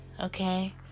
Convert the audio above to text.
Okay